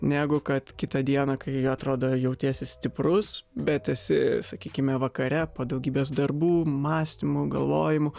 negu kad kitą dieną kai atrodo jautiesi stiprus bet esi sakykime vakare po daugybės darbų mąstymų galvojimų